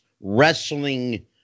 wrestling